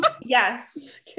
Yes